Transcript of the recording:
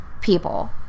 people